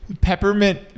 Peppermint